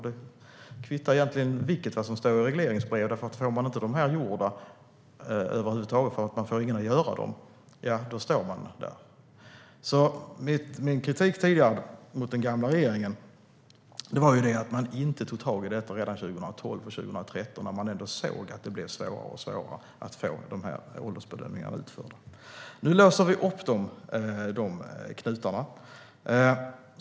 Det kvittar egentligen vad som står i regleringsbrevet - om man inte får åldersbedömningarna gjorda för att man inte får någon att göra dem, ja, då står man där. Min kritik tidigare mot den gamla regeringen var att man inte tog tag i detta redan 2012 och 2013, när man ändå såg att det blev svårare och svårare att få åldersbedömningarna utförda. Nu låser vi upp de knutarna.